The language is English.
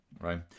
right